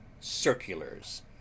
circulars